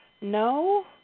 no